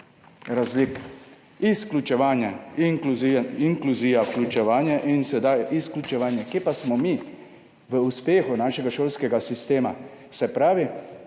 razlik, izključevanje, inkluzija – vključevanje in sedaj izključevanje. Kje pa smo mi v uspehu našega šolskega sistema? Se pravi,